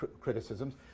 criticisms